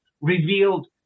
revealed